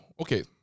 okay